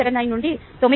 79 నుండి 9